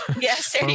Yes